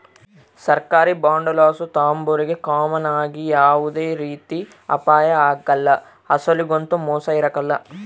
ಸರ್ಕಾರಿ ಬಾಂಡುಲಾಸು ತಾಂಬೋರಿಗೆ ಕಾಮನ್ ಆಗಿ ಯಾವ್ದೇ ರೀತಿ ಅಪಾಯ ಆಗ್ಕಲ್ಲ, ಅಸಲೊಗಂತೂ ಮೋಸ ಇರಕಲ್ಲ